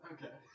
Okay